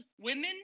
women